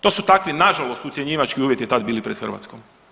To su takvi nažalost ucjenjivački uvjeti tad bili pred Hrvatskom.